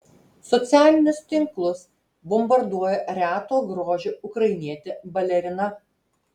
socialinius tinklus bombarduoja reto grožio ukrainietė balerina